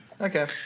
Okay